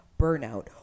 burnout